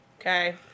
Okay